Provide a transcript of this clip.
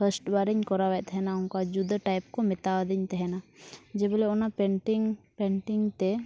ᱵᱟᱨᱤᱧ ᱠᱚᱨᱟᱣᱮᱫ ᱛᱟᱦᱮᱱᱟ ᱚᱱᱠᱟ ᱡᱩᱫᱟᱹ ᱠᱚ ᱢᱮᱛᱟ ᱟᱹᱫᱤᱧ ᱛᱟᱦᱮᱱᱟ ᱡᱮ ᱵᱚᱞᱮ ᱚᱱᱟ ᱛᱮ